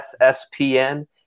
SSPN